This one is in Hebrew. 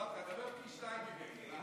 אמרתי לך, תדבר פי שניים ממני.